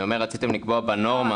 אני אומר שרציתם לקבוע בנורמה,